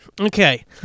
Okay